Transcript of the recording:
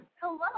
Hello